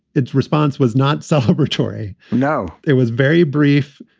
its response was not celebratory. no, it was very brief,